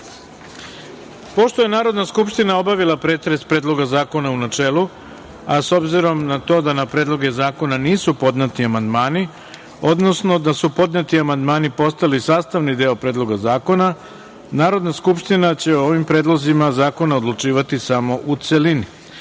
je Narodna skupština obavila pretres Predloga zakona u načelu, a s obzirom na to da na predloge zakona nisu podneti amandmani, odnosno da su podneti amandmani postali sastavni deo Predloga zakona, Narodna skupština će o ovim predlozima zakona odlučivati samo u celini. Imajući